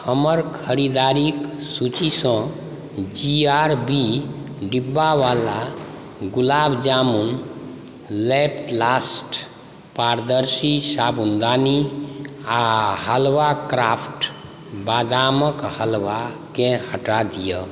हमर खरीदारीक सूचीसँ जी आर बी डिब्बावाला गुलाब जामुन लैपलास्ट पारदर्शी साबुनदानी आ हलवा क्राफ्ट बादामक हलवाकेँ हटा दिअ